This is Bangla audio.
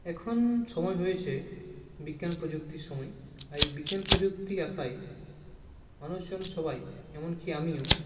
এখন সময় হয়েছে বিজ্ঞান প্রযুক্তির সময় আর এই বিজ্ঞান প্রযুক্তির আশায় মানুষজন সবাই এমনকি আমিও